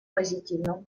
позитивном